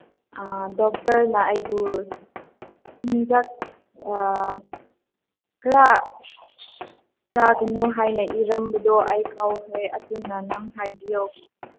ꯑꯥ ꯗꯣꯛꯇꯔꯅ ꯑꯩꯕꯨ ꯆꯤꯟꯖꯥꯛ ꯈꯔ ꯆꯥꯒꯅꯨ ꯍꯥꯏꯅ ꯏꯔꯝꯕꯗꯨ ꯑꯩ ꯀꯥꯎꯈ꯭ꯔꯦ ꯑꯗꯨꯅ ꯅꯪ ꯍꯥꯏꯕꯤꯌꯣ